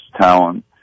talent